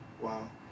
Wow